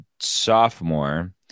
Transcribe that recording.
sophomore